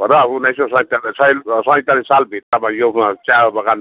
हो र उन्नाइस सय सैतालिस साल भित्रमा यो चिया बगान